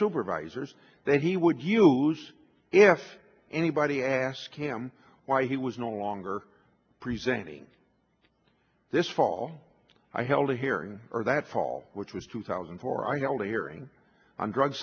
supervisors that he would use if anybody asked him why he was no longer presenting this fall i held a hearing or that fall which was two thousand and four i held a hearing on drug